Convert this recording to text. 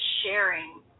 sharing